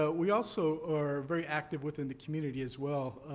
ah we also are very active within the community, as well.